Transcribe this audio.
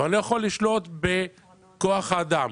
ולא יכול לשלוט בכוח האדם